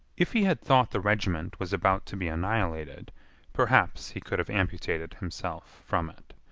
if he had thought the regiment was about to be annihilated perhaps he could have amputated himself from it.